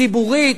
ציבורית,